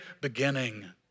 beginning